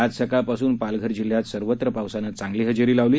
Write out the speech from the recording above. आज सकाळपासून पालघर जिल्ह्यात सर्वत्र पावसानं चांगली हजेरी लावली